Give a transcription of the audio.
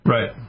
Right